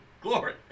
glory